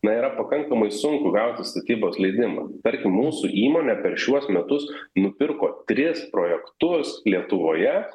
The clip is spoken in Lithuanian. na yra pakankamai sunku gauti statybos leidimą tarkim mūsų įmonė per šiuos metus nupirko tris projektus lietuvoje